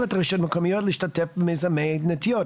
את הרשויות המקומיות להשתתף במיזמי נטיעות.